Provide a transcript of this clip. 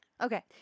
Okay